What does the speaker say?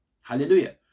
Hallelujah